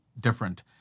different